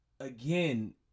again